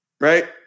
Right